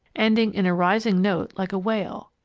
ending in a rising note like a wail.